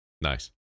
Nice